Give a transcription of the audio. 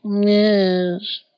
Yes